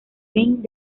ring